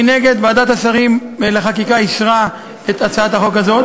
מנגד, ועדת השרים לחקיקה אישרה את הצעת החוק הזאת.